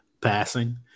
passing